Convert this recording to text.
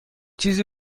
چیزی